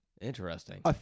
Interesting